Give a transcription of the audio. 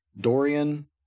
Dorian